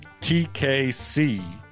TKC